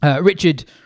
Richard